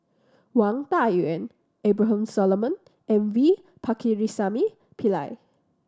Wang Dayuan Abraham Solomon and V Pakirisamy Pillai